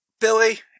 Billy